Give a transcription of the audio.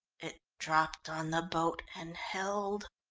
it dropped on the boat and held.